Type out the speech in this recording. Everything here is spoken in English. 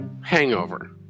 Hangover